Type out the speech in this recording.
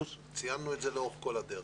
ציינו את זה לאורך כל הדרך.